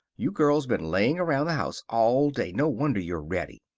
you girls been laying around the house all day. no wonder you're ready.